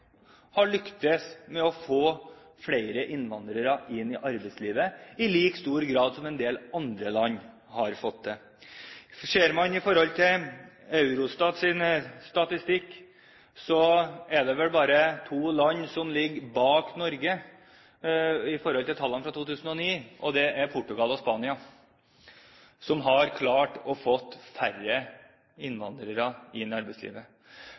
har lyktes med å få flere innvandrere inn i arbeidslivet i like stor grad som en del andre land. Ser man på Eurostats statistikk, ser man at det vel er bare to land som ligger bak Norge med hensyn til tallene fra 2009. Det er Portugal og Spania, som har klart å få færre innvandrere inn i arbeidslivet.